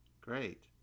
Great